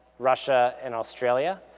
russia, and australia.